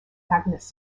agnes